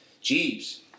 Jeeves